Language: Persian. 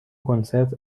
کنسرت